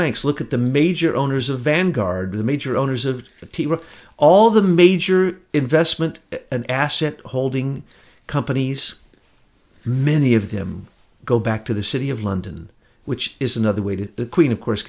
banks look at the major owners of vanguard the major owners of the all the major investment and asset holding companies many of them go back to the city of london which is another way to the queen of course